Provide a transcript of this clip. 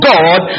God